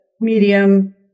medium